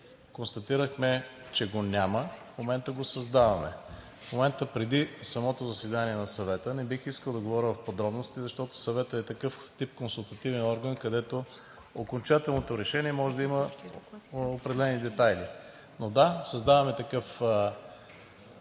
Констатирахме, че го няма. В момента го създаваме. В момента преди самото заседание на Съвета не бих искал да говоря в подробности, защото Съветът е такъв тип консултативен орган, където окончателното решение може да има определени детайли. Но, да, създаваме такъв